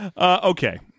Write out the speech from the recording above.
okay